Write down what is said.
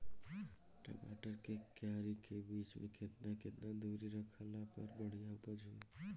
टमाटर के क्यारी के बीच मे केतना केतना दूरी रखला पर बढ़िया उपज होई?